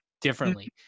differently